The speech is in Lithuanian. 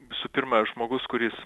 visų pirma žmogus kuris